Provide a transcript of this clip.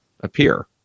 appear